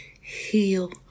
heal